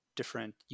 different